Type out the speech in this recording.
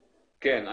כן.